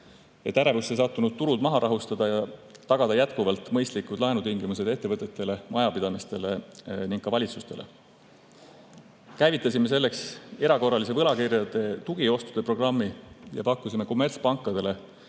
et ärevusse sattunud turud maha rahustada ja tagada jätkuvalt mõistlikud laenutingimused ettevõtetele, majapidamistele ja ka valitsustele. Käivitasime selleks erakorralise võlakirjade tugiostude programmi ja pakkusime kommertspankadele